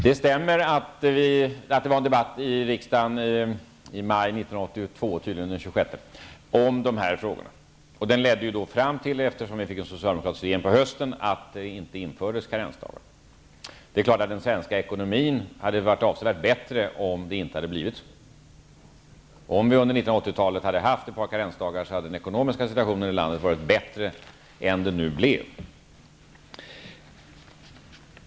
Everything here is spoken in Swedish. Det stämmer att det var en debatt i riksdagen i maj 1982, tydligen den 26 maj, om dessa frågor. Eftersom vi fick en socialdemokratisk regering till hösten ledde den till att det inte infördes karensdagar. Det är självklart att det varit avsevärt bättre för den svenska ekonomin om det inte hade blivit så. Om vi under 1980-talet hade haft ett par karensdagar, skulle den ekonomiska situationen i landet varit bättre än vad den blev.